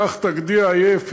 לקח את הגדי העייף,